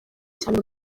cyane